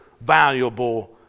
valuable